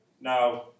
now